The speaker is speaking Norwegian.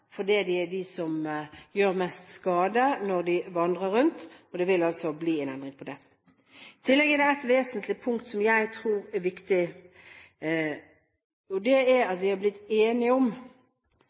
er de som gjør mest skade når de vandrer rundt. Det vil altså bli en endring på det. I tillegg er det et vesentlig punkt som jeg tror er viktig, og det er